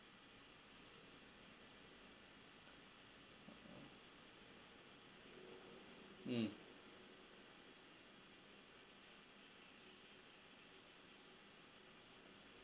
mm